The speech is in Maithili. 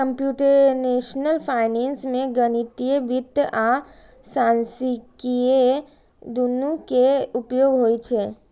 कंप्यूटेशनल फाइनेंस मे गणितीय वित्त आ सांख्यिकी, दुनू के उपयोग होइ छै